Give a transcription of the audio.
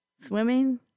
swimming